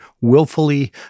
willfully